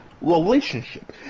relationship